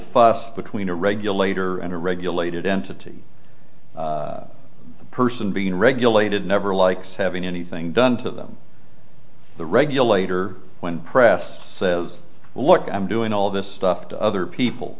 fire between a regulator and a regulated entity the person being regulated never likes having anything done to them the regulator when pressed says look i'm doing all this stuff to other people